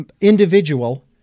individual